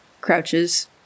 crouches